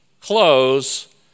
close